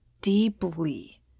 deeply